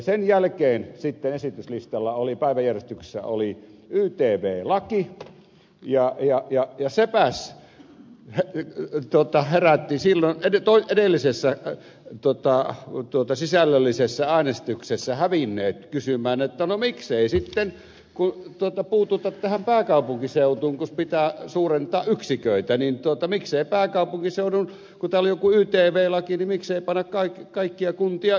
sen jälkeen sitten esityslistalla oli päiväjärjestyksessä ytv laki ja sepäs herätti edellisessä sisällöllisessä äänestyksessä hävinneet kysymään miksei sitten puututa tähän pääkaupunkiseutuun kun pitää suurentaa yksiköitä miksei pääkaupunkiseudun kun täällä on joku ytv laki käsittelyssä kaikkia kuntia panna yhteen